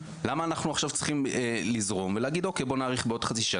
למה אנחנו צריכים לזרום עכשיו ולהגיד "אוקיי,